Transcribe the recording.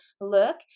look